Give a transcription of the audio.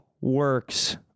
works